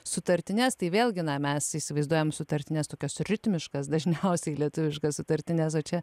sutartines tai vėlgi mes įsivaizduojam sutartines tokias ritmiškas dažniausiai lietuviškas sutartines o čia